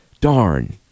darn